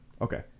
Okay